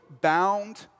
bound